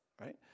right